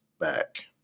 back